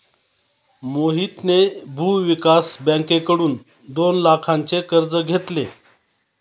मोहितने भूविकास बँकेकडून दोन लाखांचे कर्ज घेतले